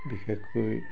বিশেষকৈ